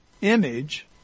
image